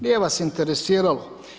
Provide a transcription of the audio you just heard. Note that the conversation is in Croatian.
Nije vas interesiralo.